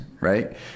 right